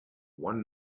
one